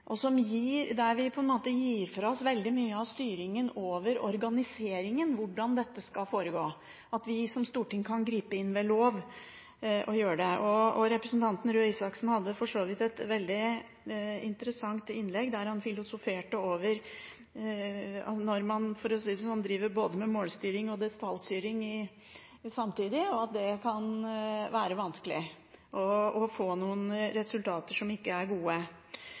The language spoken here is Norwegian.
en måte gir fra oss veldig mye av styringen over organiseringen – hvordan dette skal foregå – men der vi som storting kan gripe inn ved lov og gjøre det. Representanten Røe Isaksen hadde for så vidt et veldig interessant innlegg, der han filosoferte over at når man driver med både målstyring og detaljstyring samtidig, kan det være vanskelig, og man kan få noen resultater som ikke er gode.